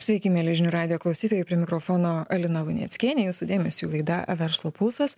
sveiki mieli žinių radijo klausytojai prie mikrofono alina luneckienė jūsų dėmesiui laida verslo pulsas